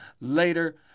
later